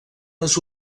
les